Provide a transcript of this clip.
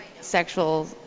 sexual